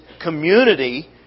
community